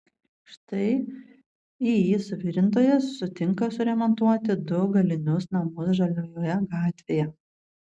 štai iį suvirintojas sutinka suremontuoti du galinius namus žaliojoje gatvėje